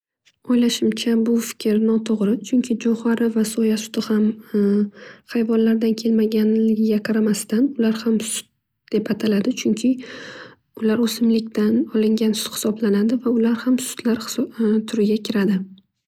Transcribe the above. O'ylashimcha bu fikr noto'g'ri chunki jo'xori va soya suti ham hayvonlardan kelmaganligiga qaramasdan ular ham sut deb ataladi. Chunki ular o'simliklardan olingan hisoblanadi va ular ham sutlar turiga kiradi.